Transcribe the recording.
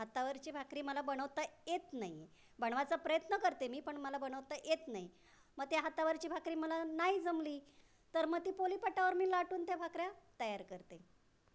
हातावरची भाकरी मला नणवता येत नाही बनवायचा प्रयत्न करते मी पण मला बनवता येत नाही मग ते हातावरची भाकरी मला नाही जमली तर मग ती पोळीपाटावर मी लाटून त्या भाकऱ्या तयार करते